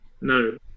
no